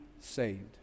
saved